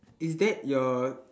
is that your